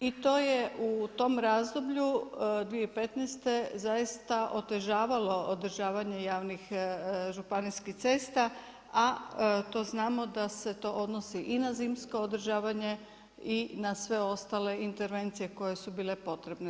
i to je u tom razdoblju 2015. zaista otežavalo održavanje javnih županijskih cesta, a to znamo da se to odnosi i na zimsko održavanje i na sve ostale intervencije koje su bile potrebne.